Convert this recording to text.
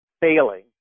failing